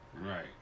Right